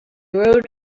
rode